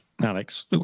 Alex